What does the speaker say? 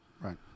right